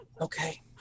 Okay